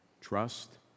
Trust